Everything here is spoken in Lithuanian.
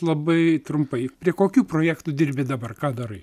labai trumpai prie kokių projektų dirbi dabar ką darai